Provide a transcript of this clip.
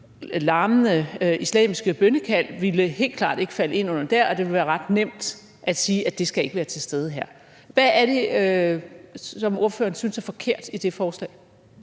larmende islamiske bønnekald helt klart ikke ville falde ind under det, og det ville være ret nemt at sige, at det ikke skulle være til stede her. Hvad er det, som ordføreren synes er forkert i det forslag?